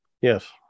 Yes